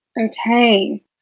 Okay